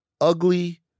Ugly